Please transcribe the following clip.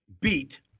beat